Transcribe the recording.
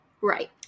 Right